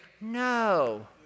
No